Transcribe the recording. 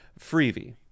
Freebie